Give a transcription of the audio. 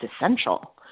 essential